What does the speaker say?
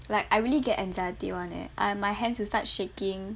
like I really get anxiety one eh I my hands will start shaking